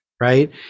Right